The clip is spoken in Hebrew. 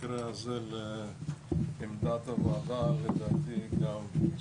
במקרה הזה לעמדת הוועדה לדעתי גם יש